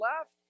left